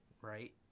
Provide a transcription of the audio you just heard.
right